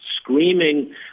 screaming